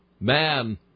Man